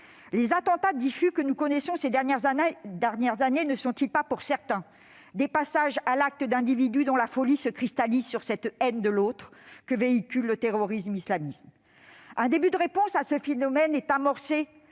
les attentats diffus que nous connaissons ces dernières années ne sont-ils pas, pour certains, des passages à l'acte d'individus dont la folie se cristallise sur la haine de l'autre que véhicule le terrorisme islamiste ? Un début de réponse à ce phénomène est amorcé